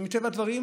מטבע הדברים,